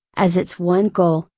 as its one goal,